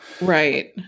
Right